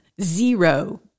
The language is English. zero